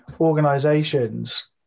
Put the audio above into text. organizations